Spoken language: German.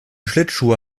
schlittschuhe